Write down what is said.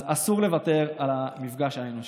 אז אסור לוותר על המפגש האנושי.